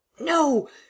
No